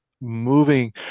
moving